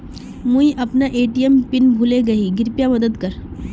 मुई अपना ATM PIN भूले गही कृप्या मदद कर